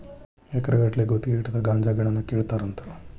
ಎಕರೆ ಗಟ್ಟಲೆ ಗುತಗಿ ಹಿಡದ ಗಾಂಜಾ ಗಿಡಾನ ಕೇಳತಾರಂತ